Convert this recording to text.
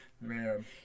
man